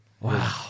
Wow